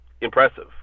Impressive